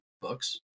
books